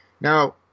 Now